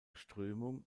strömung